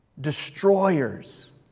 destroyers